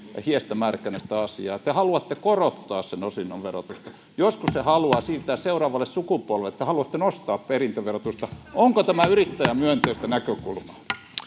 hiestä märkänä sitä asiaa te haluatte korottaa sen osingon verotusta joskus se haluaa siirtää yrityksen seuraavalle sukupolvelle te haluatte nostaa perintöverotusta onko tämä yrittäjämyönteistä näkökulmaa